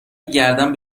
گردن